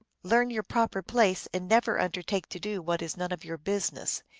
learn your proper place, and never undertake to do what is none of your business.